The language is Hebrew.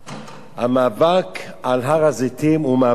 המאבק על הר-הזיתים הוא מאבק לאומי.